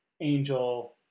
Angel